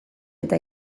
eta